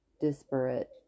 disparate